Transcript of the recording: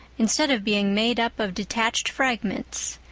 instead of being made up of detached fragments.